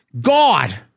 God